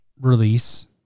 release